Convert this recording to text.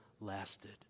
lasted